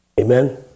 Amen